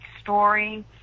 story